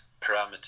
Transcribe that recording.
parameter